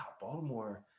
Baltimore